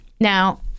now